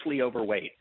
overweight